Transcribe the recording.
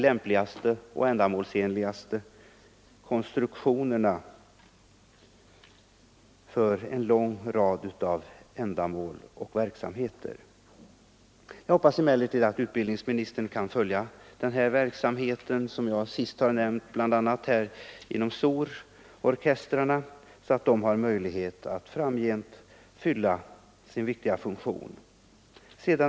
Jag vet, herr utbildningsminister, att det kommer många önskemål till en så här stor proposition och jag förstår innerligt väl svårigheterna att vid propositionsskrivandet finna de lämpligaste och ändamålsenligaste konstruktionerna för en lång rad av ändamål och verksamheter.